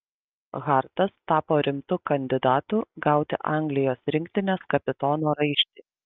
hartas tapo rimtu kandidatu gauti anglijos rinktinės kapitono raištį